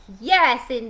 Yes